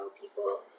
people